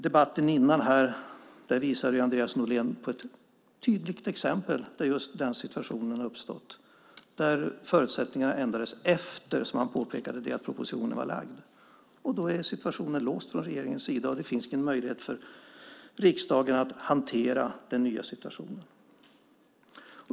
I den föregående debatten visade Andreas Norlén på ett tydligt exempel där just den situationen uppstått. Förutsättningarna ändrades, som han påpekade, efter det att propositionen var framlagd. Då är situationen låst från regeringens sida, och det finns ingen möjlighet för riksdagen att hantera den nya situationen.